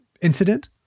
incident